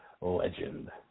Legend